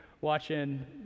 watching